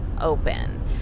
open